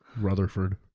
Rutherford